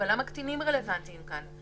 אבל למה קטינים רלוונטיים כאן?